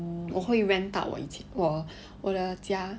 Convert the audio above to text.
我会 rent out 我以前我的家